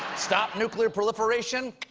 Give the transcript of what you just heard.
stop nuclear proliferation?